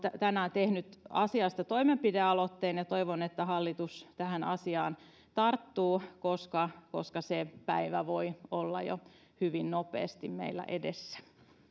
tänään tehnyt asiasta toimenpidealoitteen ja toivon että hallitus tähän asiaan tarttuu koska koska se päivä voi olla jo hyvin nopeasti meillä edessä nyt